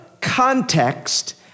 context